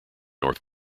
north